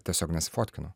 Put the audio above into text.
tiesiog nesifotkinu